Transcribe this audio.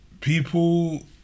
people